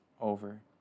over